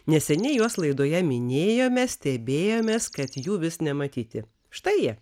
neseniai juos laidoje minėjome stebėjomės kad jų vis nematyti štai jie